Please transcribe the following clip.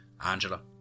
Angela